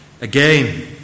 Again